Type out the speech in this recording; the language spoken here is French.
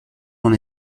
n’en